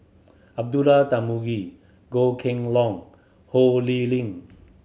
Abdullah Tarmugi Goh Kheng Long Ho Lee Ling